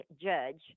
judge